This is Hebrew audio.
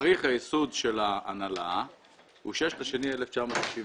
ייסוד ההנהלה הוא 6 בפברואר 1997,